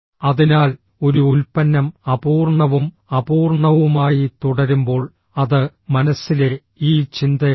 അതിനാൽ ഒരു ഉൽപ്പന്നം അപൂർണ്ണവും അപൂർണ്ണവുമായി തുടരുമ്പോൾ അത് മനസ്സിലെ ഈ ചിന്തയാണ്